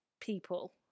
people